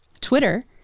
Twitter